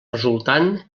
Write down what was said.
resultant